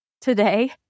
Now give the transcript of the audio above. today